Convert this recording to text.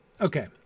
Okay